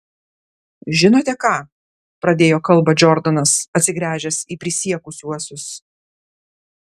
žinote ką pradėjo kalbą džordanas atsigręžęs į prisiekusiuosius